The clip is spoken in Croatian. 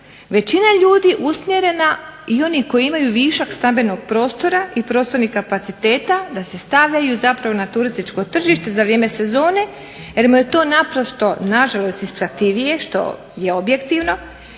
većina ljudi usmjerena i oni koji imaju višak stambenog prostora i prostornih kapaciteta da se stavljaju zapravo na turističko tržište za vrijeme sezone jer mu je to naprosto nažalost isplativije što je objektivno.